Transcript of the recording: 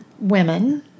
women